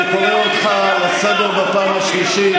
אני קורא אותך לסדר בפעם השלישית.